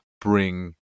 bring